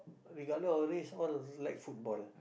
regardless of race all like football